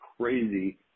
crazy